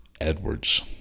Edwards